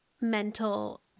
mental